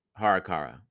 harakara